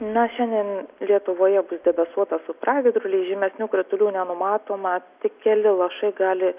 na šiandien lietuvoje bus debesuota su pragiedruliais žymesnių kritulių nenumatoma tik keli lašai gali